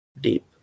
Deep